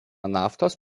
naftos